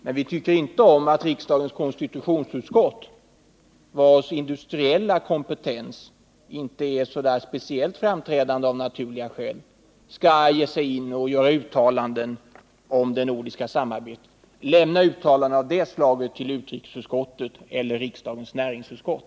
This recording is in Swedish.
Men vi tycker inte om att riksdagens konstitutionsutskott, vars industriella kompetens av naturliga skäl inte är speciellt framträdande, ger sig in på och gör uttalanden om det nordiska samarbetet. Lämna uttalanden av det slaget till utrikesutskottet eller riksdagens näringsutskott!